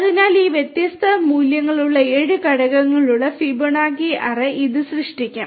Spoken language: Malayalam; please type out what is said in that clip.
അതിനാൽ ഈ വ്യത്യസ്ത മൂലകങ്ങളുള്ള ഏഴ് ഘടകങ്ങളുള്ള ഫിബൊനാച്ചി അറേ ഇത് സൃഷ്ടിക്കും